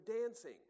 dancing